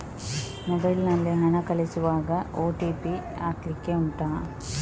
mobile ನಲ್ಲಿ ಹಣ ಕಳಿಸುವಾಗ ಓ.ಟಿ.ಪಿ ಹಾಕ್ಲಿಕ್ಕೆ ಉಂಟಾ